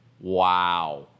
Wow